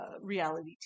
reality